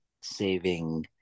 saving